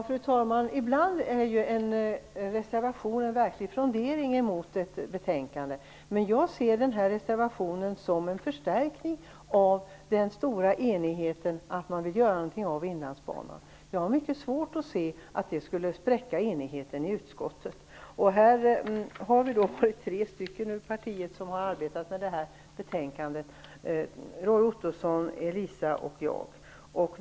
Fru talman! Ibland är en reservation en verklig frondering mot ett betänkande. Men jag ser den här reservationen som en förstärkning av den stora enigheten att man vill göra någonting av Inlandsbanan. Jag har mycket svårt att se att det skulle spräcka enigheten i utskottet. Vi har varit tre från Miljöpartiet som har arbetat med betänkandet - Roy Ottosson, Elisa Abascal Reyes och jag.